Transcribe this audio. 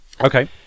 Okay